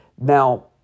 Now